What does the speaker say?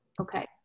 Okay